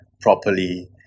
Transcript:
properly